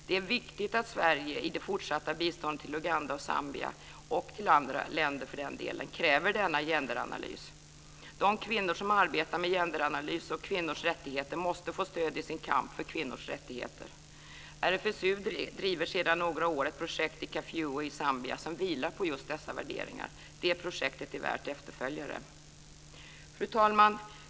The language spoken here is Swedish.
Det är viktigt att Sverige i det fortsatta biståndet till Uganda och Zambia - och till andra länder för den delen - kräver denna gender-analys. De kvinnor som arbetar med gender-analys och kvinnors rättigheter måste få stöd i sin kamp för kvinnors rättigheter. RFSU driver sedan några år ett projekt i Kafue i Zambia som vilar på just dessa värderingar. Det projektet är värt efterföljare! Fru talman!